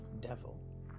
devil